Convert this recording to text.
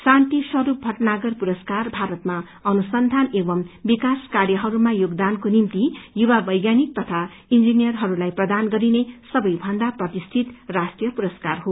शान्ति स्वरूप भटनागर पुरस्कार भारतमा अनुसंधान एवं विकास कार्यहरूमा योगदानको निम्ति युवा वैज्ञानिक तथा इंजीनियरहरूलाई प्रदान गरिने सबैभन्दा प्रतिष्ठित राष्ट्रीय पुरस्कार हो